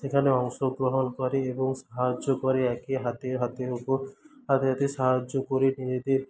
সেখানে অংশগ্রহণ করে এবং সাহায্য করে একে হাতে হাতের উপর হাতে হাতে সাহায্য করে মেয়েদের